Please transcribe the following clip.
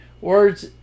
Words